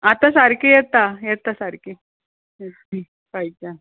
आतां सारकी येता येता सारकी सारकी फायच्यान